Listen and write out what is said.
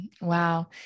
Wow